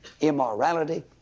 immorality